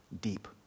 deep